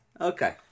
Okay